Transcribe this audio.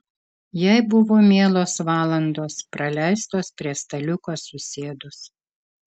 jai buvo mielos valandos praleistos prie staliuko susėdus